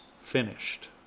finished